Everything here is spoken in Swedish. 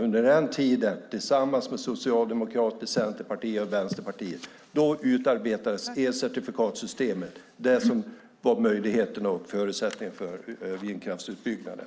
Under den tiden utarbetade Socialdemokraterna, Centerpartiet och Vänsterpartiet elcertifikatssystemet som var förutsättningen för vindkraftsutbyggnaden.